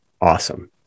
awesome